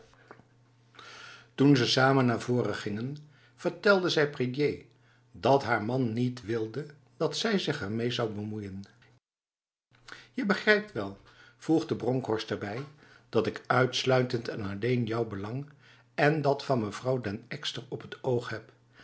toen ze samen naar voren gingen vertelde zij prédier dat haar man niet wilde dat zij er zich mee zou bemoeien je begrijpt wel voegde bronkhorst erbij dat ik uitsluitend en alleen jouw belang en dat van mevrouw den ekster op het oog heb